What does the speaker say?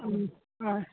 ꯎꯝ ꯍꯣꯏ